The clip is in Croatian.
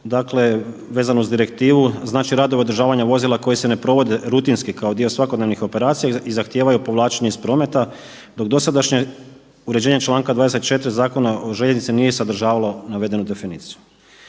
Dakle vezano uz direktivu, znači radove održavanje vozila koji se ne provode rutinski kao dio svakodnevnih operacija i zahtijevaju povlačenje iz prometa dok dosadašnje uređenje članka 24. Zakona o željeznicama nije sadržavalo navedenu definiciju.